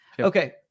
Okay